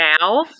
now